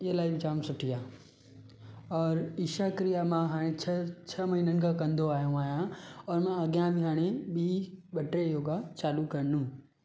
हीअ लाइफ जामु सुठी और ईशा क्रिया मां हाणे छह छह महीननि खां कंदो आयो आहियां और मां अॻियां बि हाणे ॿी ॿ टे योगा चालू कंदुमि